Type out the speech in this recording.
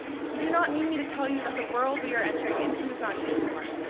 you do not need me to tell you that the world we are entering into is not an easy one.